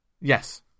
Yes